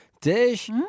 Dish